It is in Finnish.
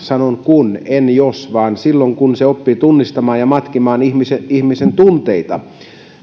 sanon kun en jos oppii tunnistamaan ja matkimaan ihmisen ihmisen tunteita